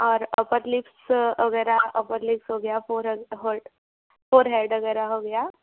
और upper lips वगैरह upper lips हो गया फोरहड फोरहेड वगैरह हो गया